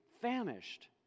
famished